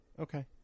Okay